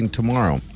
tomorrow